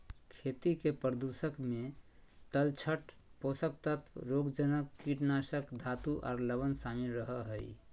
खेती के प्रदूषक मे तलछट, पोषक तत्व, रोगजनक, कीटनाशक, धातु आर लवण शामिल रह हई